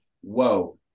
whoa